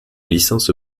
licence